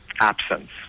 absence